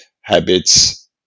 habits